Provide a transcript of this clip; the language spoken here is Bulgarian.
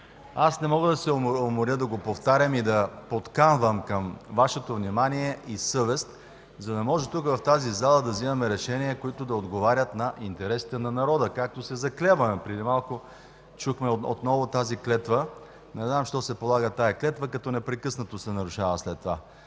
Аз няма да се уморя да го повтарям и да подканвам към Вашето внимание и съвест, за да може тук, в тази зала, да взимаме решения, които да отговарят на интересите на народа, както се заклеваме. Преди малко отново чухме тази клетва. Не знам защо се полага тя, след като непрекъснато се нарушава след това.